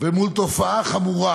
ומול תופעה חמורה